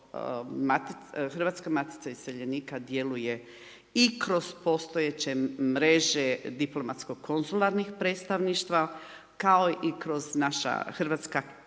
Hrvatska matica iseljenika djeluje i kroz postojeće mreže diplomatsko konzularnih predstavništva kao i kroz naše hrvatske katoličke